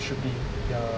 should be ya